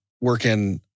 working